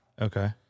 Okay